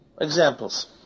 examples